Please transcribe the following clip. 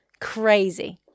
Crazy